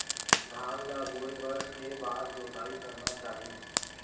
धान ल बोए बर के बार जोताई करना चाही?